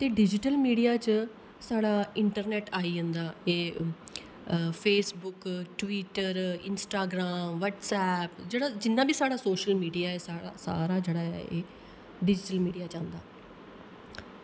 ते digital media च साढ़ा इंटरनेट आई जंदा एह् फेसबुक ट्विटर इंस्टाग्राम व्हाट्सएप्प जेह्ड़ा जिन्ना वी साढ़ा सोशल मीडिया ऐ साढ़ा सारा जेह्ड़ा ऐ एह् डिजिटल मीडिया च आंदा अज्जकल